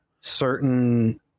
certain